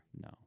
No